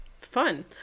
fun